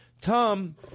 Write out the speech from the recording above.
Tom